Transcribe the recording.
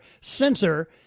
censor